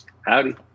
Howdy